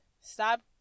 stop